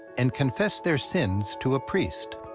and confess their sins to a priest.